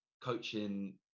coaching